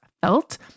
felt